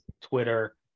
Twitter